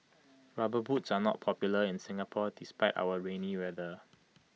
rubber boots are not popular in Singapore despite our rainy weather